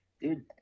Dude